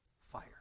fire